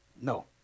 No